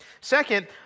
Second